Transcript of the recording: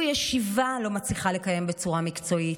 ישיבה לא מצליחה לקיים בצורה מקצועית,